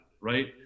Right